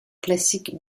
classique